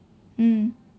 mm